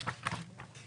קדימה.